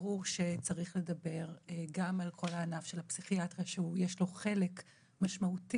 ברור שצריך לדבר גם על כל הענף של הפסיכיאטריה שיש לו חלק משמעותי